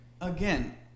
Again